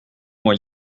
moi